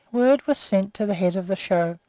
word was sent to the head of the show,